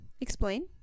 Explain